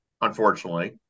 unfortunately